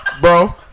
Bro